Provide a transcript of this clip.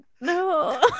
no